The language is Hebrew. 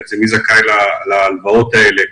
מי זכאי להלוואות האלה,